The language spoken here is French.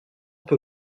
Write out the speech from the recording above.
peu